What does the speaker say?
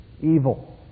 Evil